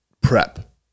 prep